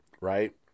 right